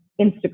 Instagram